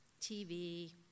TV